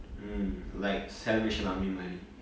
mm like salvation army மாதிரி:maathiri